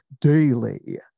daily